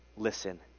listen